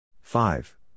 Five